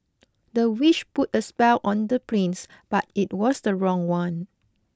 the witch put a spell on the prince but it was the wrong one